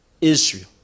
Israel